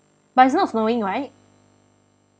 but it's not snowing right